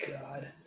God